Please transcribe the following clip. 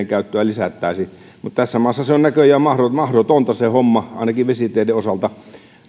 käyttöä lisättäisiin mutta tässä maassa se homma on näköjään mahdotonta mahdotonta ainakin vesiteiden osalta no